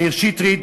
מאיר שטרית,